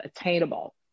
attainable